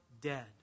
dead